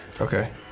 Okay